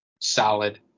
solid